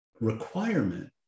requirement